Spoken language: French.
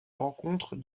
rencontre